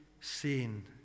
seen